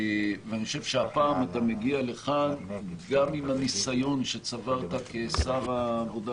ואני חושב שהפעם אתה מגיע לכאן גם עם הניסיון שצברת כשר העבודה,